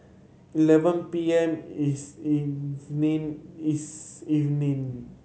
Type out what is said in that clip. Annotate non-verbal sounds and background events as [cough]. eleven P M [unintelligible] evening [unintelligible] evening